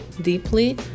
deeply